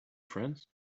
friends